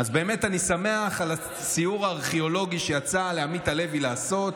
באמת אני שמח על הסיור הארכיאולוגי שיצא לעמית הלוי לעשות